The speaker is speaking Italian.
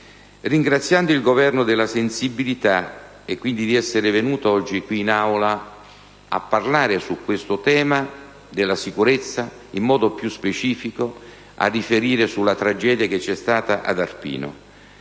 ringraziando il Governo della sensibilità dimostrata e, quindi, di essere venuto oggi qui in Aula a parlare del tema della sicurezza e, in modo più specifico, a riferire sulla tragedia che si è verificata ad Arpino.